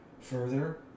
Further